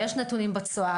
ויש נתונים בצואה,